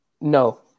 No